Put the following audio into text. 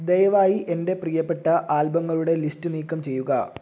ദയവായി എന്റെ പ്രിയപ്പെട്ട ആൽബങ്ങളുടെ ലിസ്റ്റ് നീക്കം ചെയ്യുക